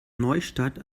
neustadt